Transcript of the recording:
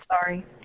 Sorry